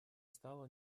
стало